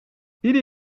ieder